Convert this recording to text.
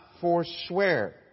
forswear